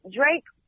Drake